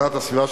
להגנת הסביבה,